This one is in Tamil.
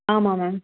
ஆமாம் மேம்